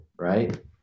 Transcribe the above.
right